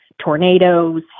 tornadoes